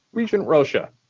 regent rosha?